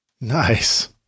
Nice